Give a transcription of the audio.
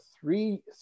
three